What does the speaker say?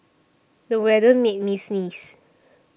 the weather made me sneeze